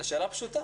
השאלה היא פשוטה